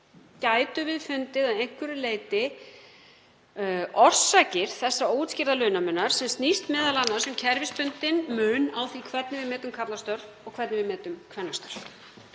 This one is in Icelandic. gætum við fundið að einhverju leyti orsakir þessa óútskýrða launamunar, (Forseti hringir.) sem snýst m.a. um kerfisbundinn mun á því hvernig við metum karlastörf og hvernig við metum kvennastörf.